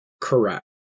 correct